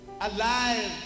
alive